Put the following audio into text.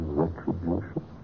retribution